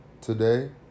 today